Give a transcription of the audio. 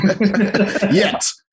Yes